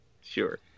Sure